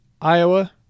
Iowa